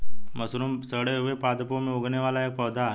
mushroom सड़े हुए पादपों में उगने वाला एक पौधा है